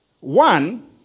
One